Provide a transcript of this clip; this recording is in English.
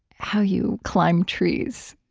how you climb trees.